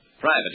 private